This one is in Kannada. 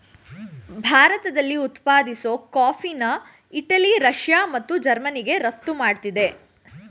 ಭಾರತದಲ್ಲಿ ಉತ್ಪಾದಿಸೋ ಕಾಫಿನ ಇಟಲಿ ರಷ್ಯಾ ಮತ್ತು ಜರ್ಮನಿಗೆ ರಫ್ತು ಮಾಡ್ತಿದೆ